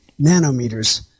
nanometers